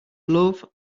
love